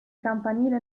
campanile